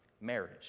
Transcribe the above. marriage